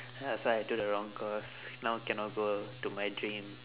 ya that's why I took the wrong course now cannot go to my dream